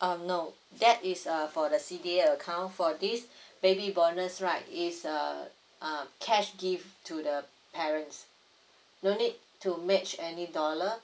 um no that is uh for the C_D_A account for this baby bonus right is uh uh cash gift to the parents no need to match any dollar